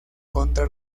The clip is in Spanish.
contra